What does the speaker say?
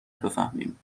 بفهمیم